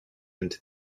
into